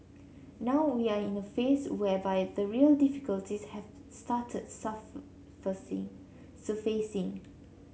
now we are in a phase whereby the real difficulties have started surfacing